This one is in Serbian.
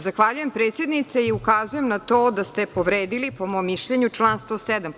Zahvaljujem predsednice i ukazujem na to da ste povredili, po mom mišljenju, član 107.